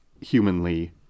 humanly